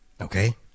okay